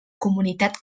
comunitat